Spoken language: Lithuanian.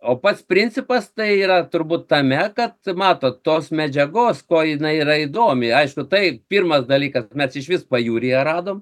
o pats principas tai yra turbūt tame kad matot tos medžiagos ko jinai yra įdomi aišku tai pirmas dalykas mes išvis pajūryje radom